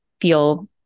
feel